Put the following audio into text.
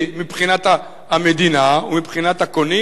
מבחינת המדינה ומבחינת הקונים,